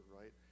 right